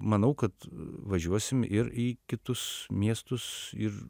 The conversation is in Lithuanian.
manau kad važiuosim ir į kitus miestus ir